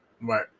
Right